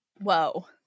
Whoa